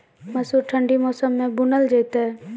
मसूर ठंडी मौसम मे बूनल जेतै?